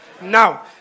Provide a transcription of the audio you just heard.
Now